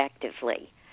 effectively